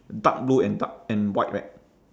dark blue and dark and white right